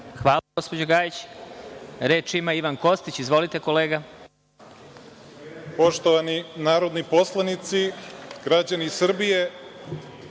Hvala gospođo Gajić. Reč ima Ivan Kostić, izvolite kolega. **Ivan Kostić** Poštovani narodni poslanici, građani Srbije,